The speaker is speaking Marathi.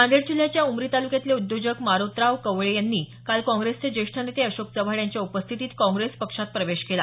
नांदेड जिल्ह्याच्या उमरी तालुक्यातले उद्योजक मोरोतराव कवळे यांनी काल काँग्रेसचे ज्येष्ठ नेते अशोक चव्हाण यांच्या उपस्थितीत काँग्रेस पक्षात प्रवेश केला